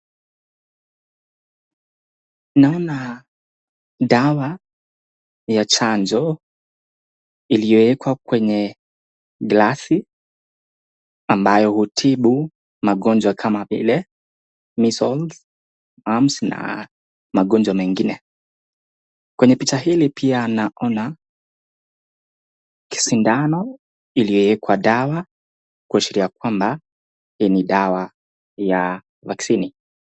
Tunaona dawa ya chanjo iliyoekwa kwenye glasi ambayo hutibu magonjwa kama vile [measles, mumbs] na magonjwa mengine. Kwenye picha hili naona sindano iliyoekwa dawa kuashiria kwamba hii ni dawa ya [vaccine].